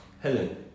Helen